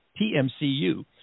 TMCU